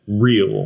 real